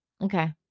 okay